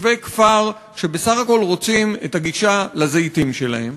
תושבי כפר, שבסך הכול רוצים את הגישה לזיתים שלהם.